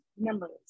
memories